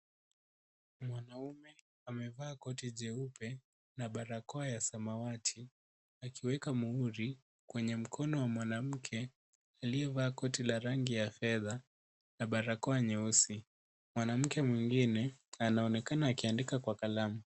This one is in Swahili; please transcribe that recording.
Mwanaume amevaa koti jeupe na barakoa ya samawati akiweka muhuri kwenye mkono wa mwanamke aliyevaa koti la rangi ya fedha na barakoa nyeusi. Mwanamke mwingine anaonekana akiandika kwa kalamu.